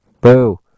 boo